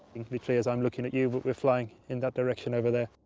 literally, as i'm looking at you, but we're flying in that direction over there.